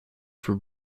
for